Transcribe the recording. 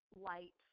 light